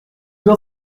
n’en